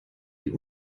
wie